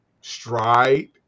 stride